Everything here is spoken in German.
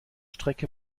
strecke